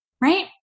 Right